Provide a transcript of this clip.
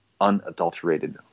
unadulterated